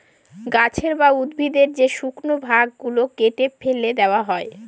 গাছের বা উদ্ভিদের যে শুকনো ভাগ গুলো কেটে ফেলে দেওয়া হয়